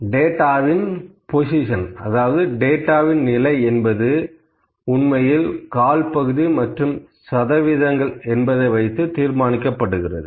டேட்டாவின் பொசிஷன் அதாவது டேட்டாவின் நிலை என்பது உண்மையில் கால் பகுதி மற்றும் சதவீதங்கள் வைத்து தீர்மானிக்கப்படுகிறது